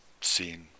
seen